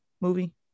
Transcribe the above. movie